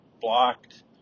blocked